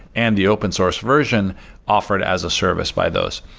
and the open source version offered as a service by those.